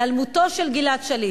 היעלמותו של גלעד שליט,